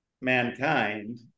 mankind